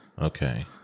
Okay